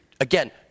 again